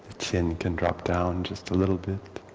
chin can drop down just a little bit